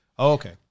Okay